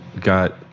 got